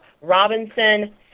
Robinson